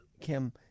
Kim